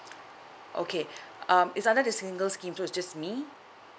okay um it's under the single scheme so it's just me